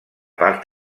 part